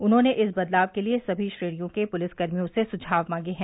उन्होंने इस बदलाव के लिए सभी श्रेणियों के पुलिस कर्मियों से सुझाव मांगे हैं